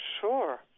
Sure